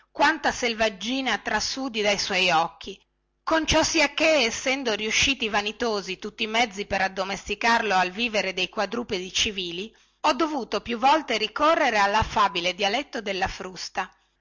quanta selvaggina trasudi dà suoi occhi conciossiaché essendo riusciti vanitosi tutti i mezzi per addomesticarlo al vivere dei quadrupedi civili ho dovuto più volte ricorrere allaffabile dialetto della frusta